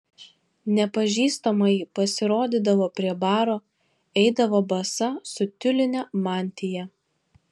nepažįstamoji pasirodydavo prie baro eidavo basa su tiuline mantija